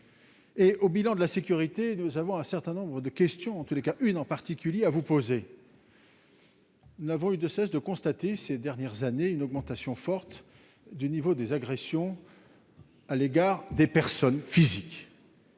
Et au bilan de la sécurité, nous avons un certain nombre de questions, en tous les cas une en particulier à vous poser. Nous n'avons eu de cesse de constater ces dernières années une augmentation forte du niveau des agressions à l'égard des personnes physiques.